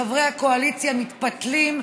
חברי הקואליציה, מתפתלים,